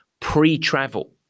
pre-travel